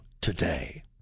today